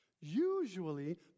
usually